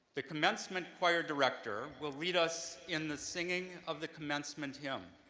the commencement choir director will lead us in the singing of the commencement hymn.